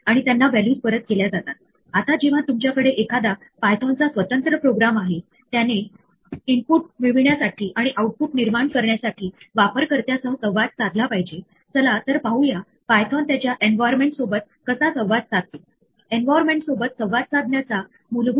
ज्याची व्हॅल्यू परिभाषित केली नाही अशा नावाचा वापर करून देखील आपण एखाद्या एक्सप्रेशन ची गणना करण्याचा प्रयत्न करू शकतो किंवा आपण अस्तित्वात नसलेल्या लिस्टमध्ये एखादे स्थान अनुक्रमिक करण्याचा प्रयत्न करू